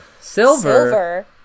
Silver